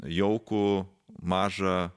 jaukų mažą